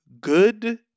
good